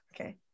okay